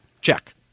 Check